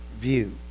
view